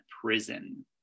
prison